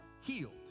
healed